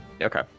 Okay